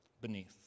beneath